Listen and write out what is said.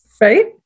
right